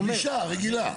פלישה, רגילה.